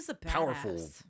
powerful